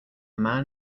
man